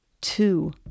two